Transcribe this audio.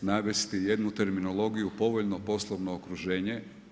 navesti jednu terminologiju povoljno poslovno okruženje.